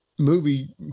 movie